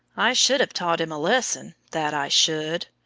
i should have taught him a lesson, that i should!